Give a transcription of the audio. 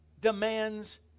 demands